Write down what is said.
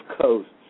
coasts